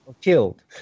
Killed